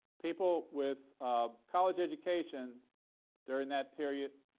people with college education during that period